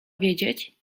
wiedzieć